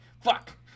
Fuck